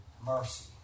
mercy